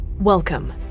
Welcome